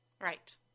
Right